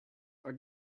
are